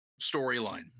storyline